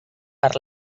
per